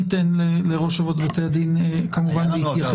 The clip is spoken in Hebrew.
שמעתי ממקרים שהיו שבית הדין קרא לנשים ואמר להן: הנה,